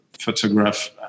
photograph